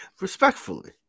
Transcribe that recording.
Respectfully